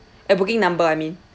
the booking number I mean